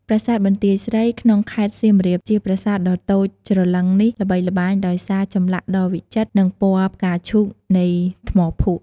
ប្រាសាទបន្ទាយស្រី ក្នុងខេត្តសៀមរាប ជាប្រាសាទដ៏តូចច្រឡឹងនេះ ល្បីល្បាញដោយសារចម្លាក់ដ៏វិចិត្រ និងពណ៌ផ្កាឈូកនៃថ្មភក់។